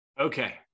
Okay